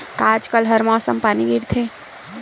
का आज कल हर मौसम पानी गिरथे?